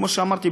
כמו שאמרתי,